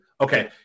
Okay